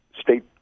state